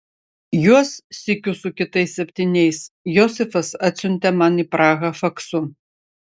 juos sykiu su kitais septyniais josifas atsiuntė man į prahą faksu